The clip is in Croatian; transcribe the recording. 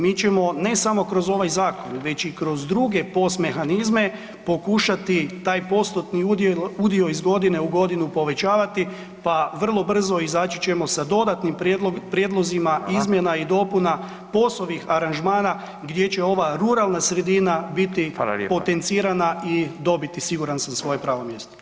Mi ćemo ne samo kroz ovaj zakon već i kroz druge post mehanizme pokušati taj postotni udio iz godine u godinu povećavati pa vrlo brzo izaći ćemo sa dodatnim prijedlozima izmjena i dopuna POS-ovih aranžmana gdje će ova ruralna sredina biti potencirana i dobiti siguran sam svoje pravo mjesto.